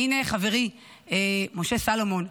והינה חברי משה סלומון,